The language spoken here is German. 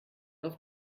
auf